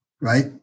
right